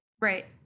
Right